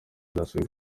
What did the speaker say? basuye